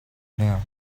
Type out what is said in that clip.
new